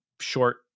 short